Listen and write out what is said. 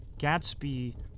Gatsby